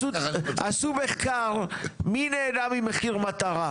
עשו מחקר מי נהנה ממחיר מטרה?